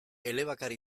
elebakar